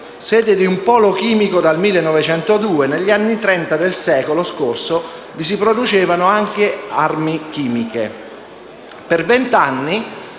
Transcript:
sede di un polo chimico dal 1902 dove, negli anni Trenta del secolo scorso, si producevano anche armi chimiche. Per circa vent'anni